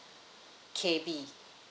K_B